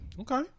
Okay